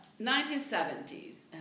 1970s